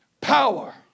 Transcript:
Power